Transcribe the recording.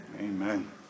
Amen